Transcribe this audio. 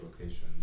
locations